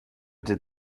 did